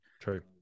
true